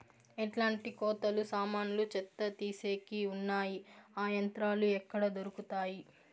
ఎట్లాంటి కోతలు సామాన్లు చెత్త తీసేకి వున్నాయి? ఆ యంత్రాలు ఎక్కడ దొరుకుతాయి?